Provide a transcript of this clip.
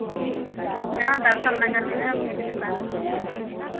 यहाँ दर्शन नगर में है मेरी दुकान